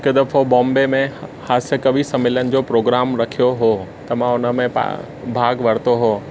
हिकु दफ़ो बॉम्बे में हास्य कवि सम्मेलन जो प्रोग्राम रखियो हुओ त मां हुन में भा भाग वरितो हुओ